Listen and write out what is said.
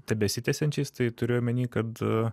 tebesitęsiančiais tai turi omeny kad